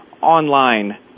Online